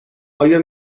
آیا